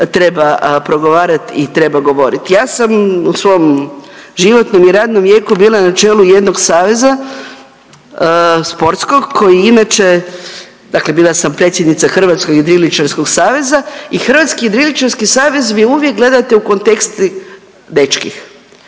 treba progovarati i treba govoriti. Ja sam u svom životnom i radnom vijeku bila na čelu jednog saveza, sportskog, koji inače, dakle bila sam predsjednica Hrvatskog jedriličarskog saveza i Hrvatski jedriličarski savez vi uvijek gledate u kontekstu dečkih.